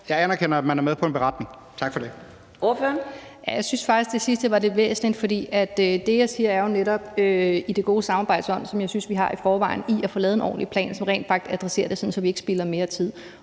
Ordføreren. Kl. 13:08 Marianne Bigum (SF): Jeg synes faktisk, at det sidste var det væsentlige. For det, jeg siger, siger jeg jo netop i det gode samarbejdes ånd, som jeg synes vi har i forvejen, med at få lavet en ordentlig plan, som rent faktisk adresserer det, sådan at vi ikke spilder mere tid.